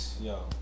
yo